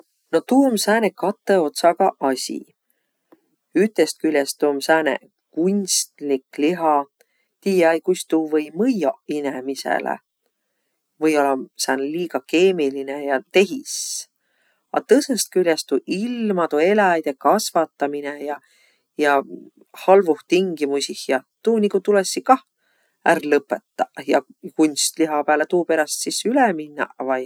No tuu om sääne katõ otsagaq asi. Ütest külest om sääne kunstlik liha, tiiä-ei, kuis tuu või mõjjoq inemisele. Või-ollaq om sääne liiga keemiline ja tehis. A tõsõst külest tuu ilmadu eläjide kasvataminõ ja ja halvuh tingimuisih ja tuu niguq tulõssiq kah ärq lõpõtaq ja kunstliha pääle tuuperäst sis üle minnäq vai.